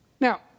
Now